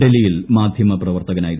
ഡൽഹിയിൽ മാധ്യമപ്രപ്പ്വർത്തകനായിരുന്നു